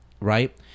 Right